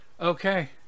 Okay